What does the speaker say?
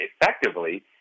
effectively